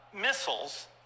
missiles